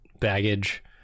baggage